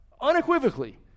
Unequivocally